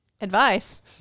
Advice